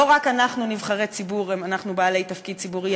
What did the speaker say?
לא רק אנחנו, נבחרי הציבור, בעלי תפקיד ציבורי.